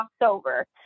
over